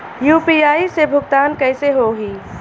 UPI से भुगतान कइसे होहीं?